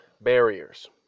barriers